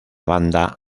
banda